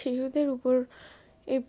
শিশুদের উপর এর